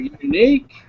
unique